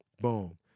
boom